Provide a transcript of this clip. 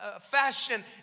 fashion